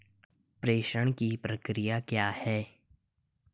प्रेषण की प्रक्रिया क्या है?